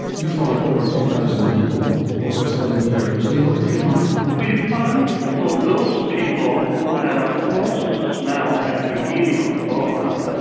you followed over two thousand people over several years years and what did you find? we found for those people who had a poor sense of smell at the beginning of the follow-up,